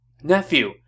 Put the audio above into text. Nephew